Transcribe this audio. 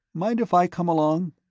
mind if i come along?